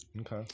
Okay